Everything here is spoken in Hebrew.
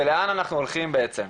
בלאן אנחנו הולכים בעצם.